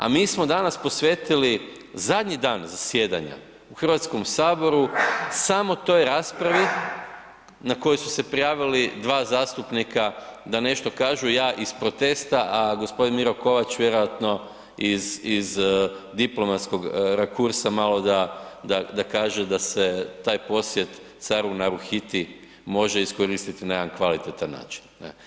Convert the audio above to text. A mi smo danas posvetili zadnji dan zasjedanja u Hrvatskom saboru samo toj raspravi na koju se prijavili dva zastupnika da nešto kažu, ja iz protesta, a gospodin Miro Kovač vjerojatno iz diplomatskog rakursa malo da kaže da se taj posjet caru Naruhiti može iskoristiti na jedan kvalitetan način.